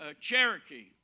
Cherokee